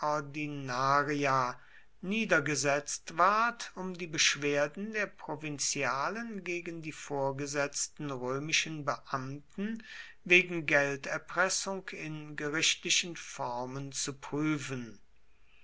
niedergesetzt ward um die beschwerden der provinzialen gegen die vorgesetzten römischen beamten wegen gelderpressung in gerichtlichen formen zu prüfen